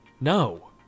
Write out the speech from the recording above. No